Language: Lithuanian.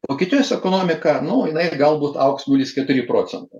vokietijos ekonomika nu jinai galbūt augs nulis keturi procento